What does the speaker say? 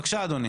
בבקשה אדוני.